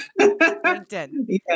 LinkedIn